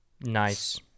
Nice